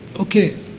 okay